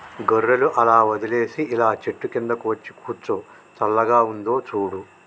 గొర్రెలు అలా వదిలేసి ఇలా చెట్టు కిందకు వచ్చి కూర్చో చల్లగా ఉందో చూడు